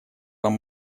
вам